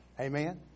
Amen